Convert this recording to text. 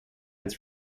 its